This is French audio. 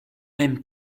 même